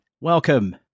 welcome